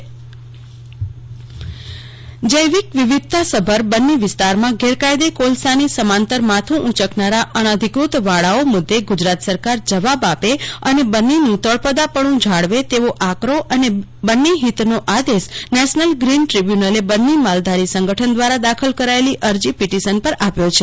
કલ્પના શાહ્ બન્ની પ્રવૃત્તિઓ પર રોક જૈવિક વિવિધતા સભર બન્ની વિઅસ્તારમાં ગેરકાયદેસર કોલસાની સમાંતર માથું ઊંચકનારા અનાધિકૃત વાળાઓ મુદ્દે ગુજરાત સરકાર જવાબ આપે અને બન્નીનું તળપદાપણું જાળવે તેવો આકારો અને બન્ની હિતનો આદેશ નેશનલ ગ્રીન દ્રીબ્યુનલએ બન્ની માલધારી સંગઠન દ્વારા દાખલ કરાયેલી અરજી પીટીશન પર આપ્યો છે